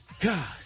God